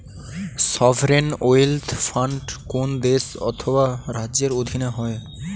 sovereign wealth fund কোন দেশ অথবা রাজ্যের অধীনে হয়